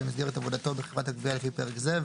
במסגרת עבודתו בחברת הגבייה לפי פרק זה,